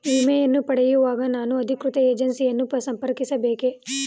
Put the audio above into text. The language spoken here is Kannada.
ವಿಮೆಯನ್ನು ಪಡೆಯುವಾಗ ನಾನು ಅಧಿಕೃತ ಏಜೆನ್ಸಿ ಯನ್ನು ಸಂಪರ್ಕಿಸ ಬೇಕೇ?